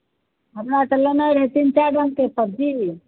हमरा तऽ लेनाइ रहै तीन चारि रंग के सब्जी